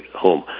home